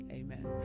amen